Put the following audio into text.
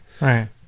right